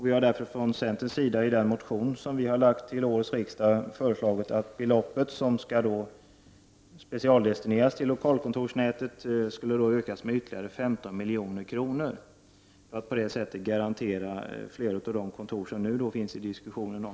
Vi har därför från centerns sida i en motion som vi väckt under årets riksmöte föreslagit att det belopp som skall specialdestineras till lokalkontorsnätet skall ökas med ytterligare 15 milj.kr., för att på det sättet garantera verksamhet vid flera av de kontor som i dag hotas av nedläggning.